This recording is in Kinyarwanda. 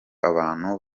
abantu